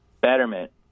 Betterment